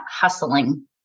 hustling